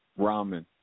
ramen